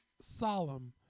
solemn